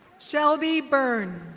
shelby burn.